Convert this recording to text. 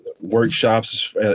workshops